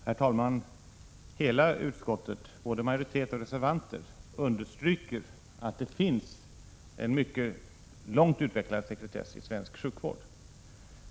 Herr talman! Hela utskottet, dvs. både majoritet och reservanter, understryker att det finns en mycket långt utvecklad sekretess i svensk sjukvård.